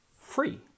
free